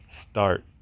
start